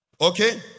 Okay